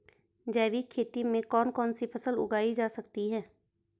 जैविक खेती में कौन कौन सी फसल उगाई जा सकती है?